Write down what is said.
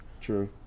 True